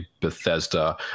bethesda